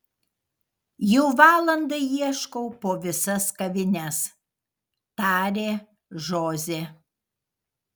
jau valandą ieškau po visas kavines tarė žozė